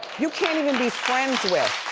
you can't even be friends with.